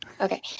Okay